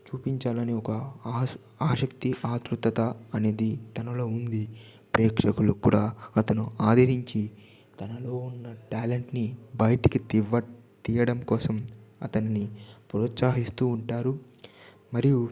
చూపించాలని ఒక ఆసక్తి ఆత్రుతత అనేది తనలో ఉంది ప్రేక్షకులకు కూడా అతను ఆదరించి తనలో ఉన్న టాలెంట్ని బయటకి తీయడం కోసం అతన్ని ప్రోత్సహిస్తూ ఉంటారు మరియు